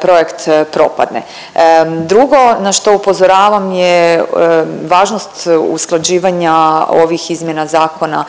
projekt propadne. Drugo na što upozoravam je važnost usklađivanja ovih izmjena zakona